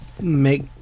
make